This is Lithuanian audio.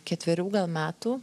ketverių metų